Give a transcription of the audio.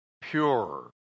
pure